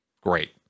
Great